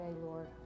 Lord